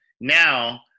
Now